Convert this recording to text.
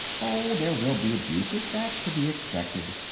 oh, there will be abuses that's to be expected.